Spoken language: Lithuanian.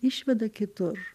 išveda kitur